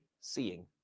Seeing